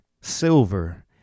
silver